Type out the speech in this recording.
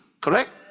Correct